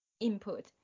input